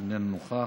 איננו נוכח,